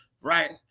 right